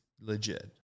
legit